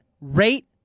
rate